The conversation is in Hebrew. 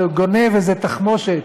וגונב איזו תחמושת